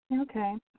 Okay